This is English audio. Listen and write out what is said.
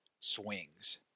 swings